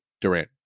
Durant